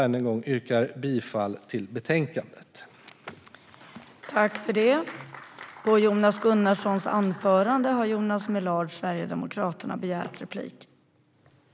Än en gång: Jag yrkar bifall till utskottets förslag.